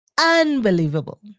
unbelievable